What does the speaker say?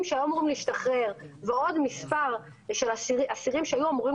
שהיו אמורים להשתחרר ועוד מספר של אסירים שהיו אמורים